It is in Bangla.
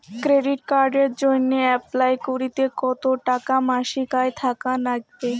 ক্রেডিট কার্ডের জইন্যে অ্যাপ্লাই করিতে কতো টাকা মাসিক আয় থাকা নাগবে?